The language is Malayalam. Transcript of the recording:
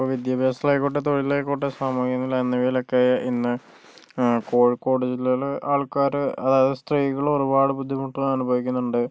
ഇപ്പൊൾ വിദ്യാഭ്യാസത്തിലായിക്കോട്ടെ തൊഴിലിലായിക്കോട്ടെ നിലവിലൊക്കെ ഇന്ന് കോഴിക്കോട് ജില്ലയിലെ ആൾക്കാര് അതായത് സ്ത്രീകള് ഒരുപാട് ബുദ്ധിമുട്ടുകൾ അനുഭവിക്കുന്നുണ്ട്